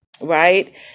Right